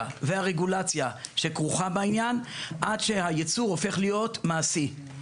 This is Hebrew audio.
והרגולציה שכרוכה בעניין עד שהייצור הופך להיות מעשי,